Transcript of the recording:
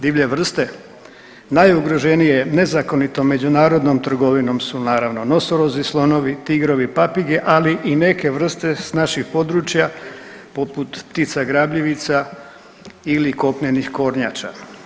Divlje vrste najugroženije nezakonitom međunarodnom trgovinom su naravno nosorozi, slonovi, tigrovi, papige ali i neke vrste s naših područja poput ptica grabljivica ili kopnenih kornjača.